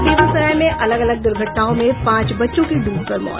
और बेगूसराय में अलग अलग दुर्घटनाओं में पांच बच्चों की डूबकर मौत